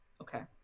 Okay